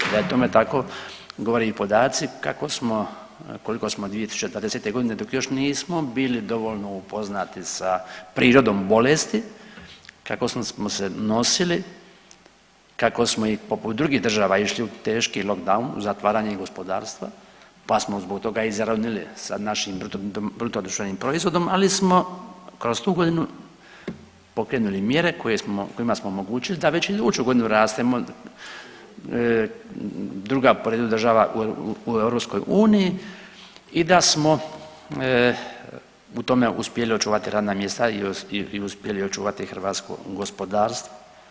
Da je tome tako govore i podaci kako smo koliko smo 2020.g. dok još nismo bili dovoljno upoznati sa prirodom bolesti kako smo se nosili, kako smo i poput drugih država išli u teški lockdown, zatvaranje i gospodarstva pa smo zbog toga izronili sa našim BDP-om, ali smo kroz tu godinu pokrenuli mjere kojima smo omogućili da već iduću godinu rastemo druga po redu država u EU i da smo u tome uspjeli očuvati radna mjesta i uspjeli očuvati hrvatsko gospodarstvo.